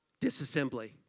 disassembly